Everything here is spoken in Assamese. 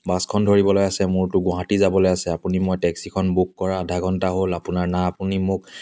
বাছখন ধৰিবলৈ আছে মোৰতো গুৱাহাটী যাবলৈ আছে আপুনি মই টেক্সিখন বুক কৰা আঠা ঘণ্টা হ'ল আপোনাৰ না আপুনি মোক